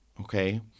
okay